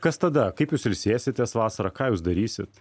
kas tada kaip jūs ilsėsitės vasarą ką jūs darysit